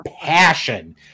passion